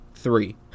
three